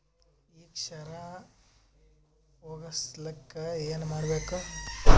ಈ ಕ್ಷಾರ ಹೋಗಸಲಿಕ್ಕ ಏನ ಮಾಡಬೇಕು?